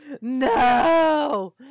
No